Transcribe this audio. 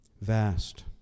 Vast